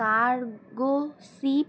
cargo ship